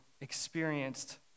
experienced